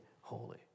holy